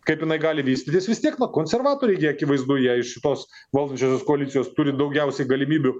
kaip jinai gali vystytis vis tiek na konservatoriai gi akivaizdu jie iš šitos valdančiosios koalicijos turi daugiausiai galimybių